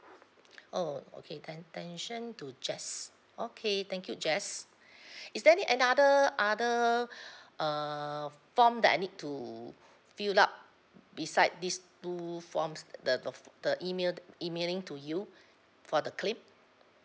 oh okay then attention to jess okay thank you jess is there any another other err form that I need to fill up beside these two forms the of the email emailing to you for the claim